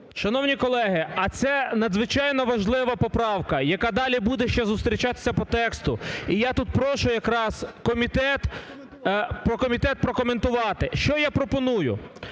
Шановні колеги, а це надзвичайно важлива поправка, яка далі буде ще зустрічатися по тексту, і я тут прошу якраз комітет прокоментувати. Що я пропоную?